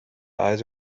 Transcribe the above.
eyes